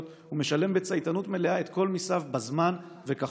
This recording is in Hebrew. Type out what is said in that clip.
ומשלם בצייתנות מלאה את כל מיסיו בזמן וכחוק.